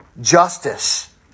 justice